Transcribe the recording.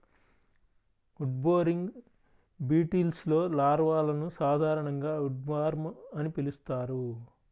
wood boring బీటిల్స్లో లార్వాలను సాధారణంగా ఉడ్వార్మ్ అని పిలుస్తారు